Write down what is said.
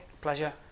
Pleasure